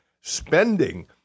spending